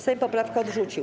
Sejm poprawkę odrzucił.